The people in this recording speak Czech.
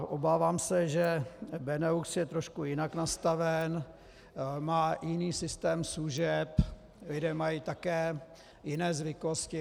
Obávám se, že Benelux je trošku jinak nastaven, má jiný systém služeb, lidé mají také jiné zvyklosti.